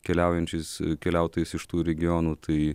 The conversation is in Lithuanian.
keliaujančiais keliautojais iš tų regionų tai